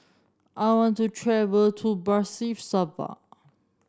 I want to travel to Bratislava